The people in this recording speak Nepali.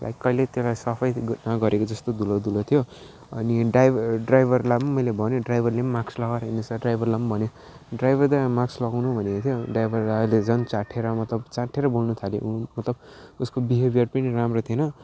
कहिले त्यसलाई सफै नगरेको जस्तो धुलो धुलो थियो अनि डाइभ ड्राइभरलाई पनि मैले भनेँ ड्राइभरले पनि माक्स लगाएकै रहेनछ ड्राइभरलाई पनि भनेँ ड्राइभर दा माक्स लगाउनु भनेको थियो ड्राइभर दाले झन् च्याँठिएर मतलब च्याँठिएर बोल्नुथाल्यो ऊ मतलब उसको विहेवियर पनि राम्रो थिएन